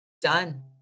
done